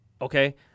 Okay